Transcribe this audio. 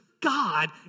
God